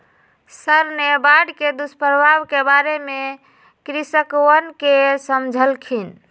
sir ने बाढ़ के दुष्प्रभाव के बारे में कृषकवन के समझल खिन